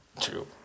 True